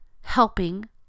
helping